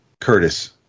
Curtis